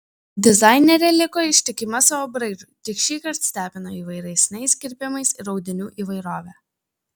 dizainerė liko ištikima savo braižui tik šįkart stebino įvairesniais kirpimais ir audinių įvairove